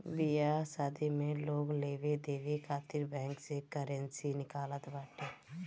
बियाह शादी में लोग लेवे देवे खातिर बैंक से करेंसी निकालत बाटे